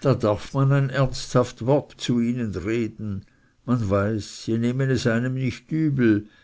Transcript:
da darf man ein ernsthaft wort zu ihnen reden man weiß sie nehmen es einem nicht übel